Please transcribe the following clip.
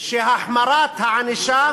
שהחמרת הענישה